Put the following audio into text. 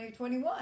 2021